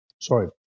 sorry